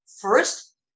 first